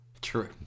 true